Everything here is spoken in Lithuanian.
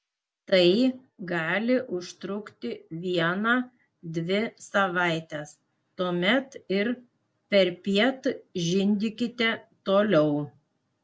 tai gali užtrukti vieną dvi savaites tuomet ir perpiet žindykite toliau